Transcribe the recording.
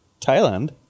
Thailand